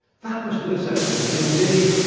that must be the cemetery. and indeed,